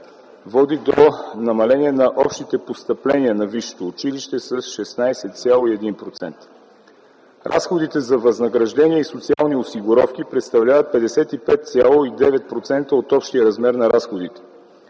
води до намаление на общите постъпления на висшето училище с 16,1%. Разходите за възнаграждение и социални осигуровки представляват 55,9% от общия размер на разходите.